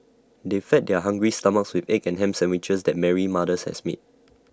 they fed their hungry stomachs with egg and Ham Sandwiches that Mary's mothers has made